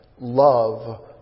Love